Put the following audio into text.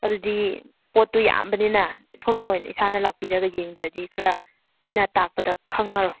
ꯑꯗꯨꯗꯤ ꯄꯣꯠꯇꯨ ꯌꯥꯝꯕꯅꯤꯅ ꯁꯣꯝꯅ ꯑꯣꯏꯅ ꯏꯁꯥꯅ ꯂꯥꯛꯄꯤꯔꯒ ꯌꯦꯡꯗ꯭ꯔꯗꯤ ꯈꯔ ꯑꯩꯅ ꯇꯥꯛꯄꯗ ꯈꯪꯉꯔꯣꯏ